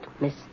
Miss